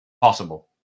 Possible